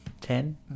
Ten